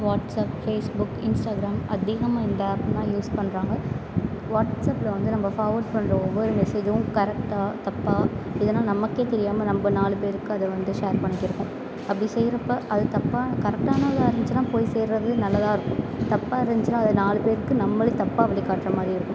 WhatsApp Facebook Instagram அதிகமாக இந்த app தான் யூஸ் பண்ணுறாங்க வாட்ஸ் அபில் வந்து நம்ம ஃபார்வேர்ட் பண்ணுற ஒவ்வொரு மெசேஜும் கரெக்டாக தப்பா இதெல்லாம் நமக்கே தெரியாமல் நம்ம நாலு பேருக்கு அதை வந்து ஷேர் பண்ணிட்டு இருக்கோம் அப்படி செய்கிறப்ப அது தப்பா கரெக்டான இதாக இருந்துச்சின்னா போய் சேர்கிறது நல்லதா இருக்கும் தப்பா இருந்துச்சின்னா அதை நாலு பேருக்கு நம்மளே தப்பா வழி காட்டுற மாதிரி இருக்கும்